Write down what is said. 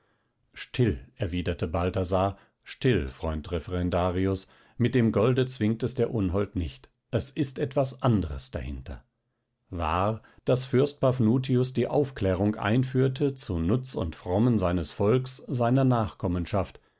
still erwiderte balthasar still freund referendarius mit dem golde zwingt es der unhold nicht es ist etwas anderes dahinter wahr daß fürst paphnutius die aufklärung einführte zu nutz und frommen seines volks seiner nachkommenschaft